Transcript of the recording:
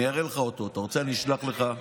אני אראה לך אותו, אם אתה רוצה, אני אשלח לך אותו.